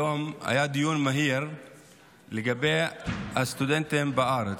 היום היה דיון מהיר לגבי הסטודנטים בארץ,